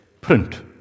print